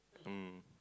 mm